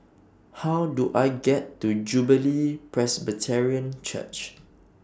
How Do I get to Jubilee Presbyterian Church